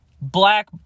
black